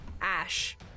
ash